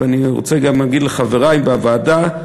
ואני רוצה גם להגיד לחברי בוועדה,